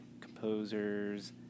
composers